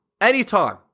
anytime